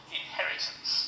inheritance